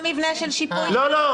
בשבעה ימים נופלים לו יומיים,